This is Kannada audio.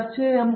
ಪ್ರೊಫೆಸರ್